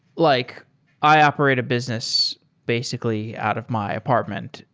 like i operate a business basically out of my apartment.